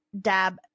dab